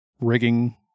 rigging